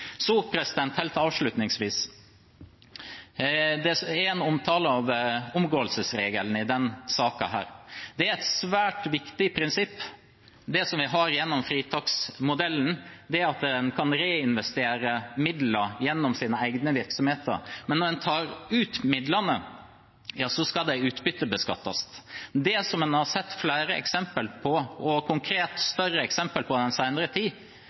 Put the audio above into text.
Helt avslutningsvis: Det er en omtale av omgåelsesregelen i denne saken. Det er et svært viktig prinsipp vi har gjennom fritaksmodellen at en kan reinvestere midler gjennom sine egne virksomheter. Men når en tar ut midlene, skal de utbyttebeskattes. Det en har sett flere eksempler på, og konkret større eksempler på i den senere tid,